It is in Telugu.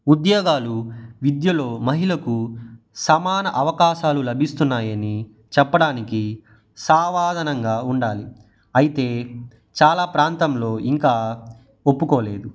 ఉద్యోగాలు విద్యలో మహిళకు సమాన అవకాశాలు లభిస్తున్నాయి అని చెప్పడానికి సావాదనంగా ఉండాలి అయితే చాలా ప్రాంతంలో ఇంకా ఒప్పుకోలేదు